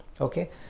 okay